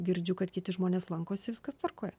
girdžiu kad kiti žmonės lankosi viskas tvarkoje